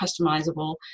customizable